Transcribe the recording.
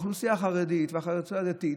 האוכלוסייה החרדית והאוכלוסייה הדתית,